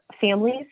families